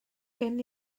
gen